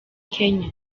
kenya